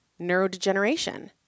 neurodegeneration